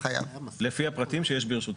לפי הפרטים שיש ברשותה.